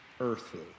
earthly